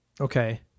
Okay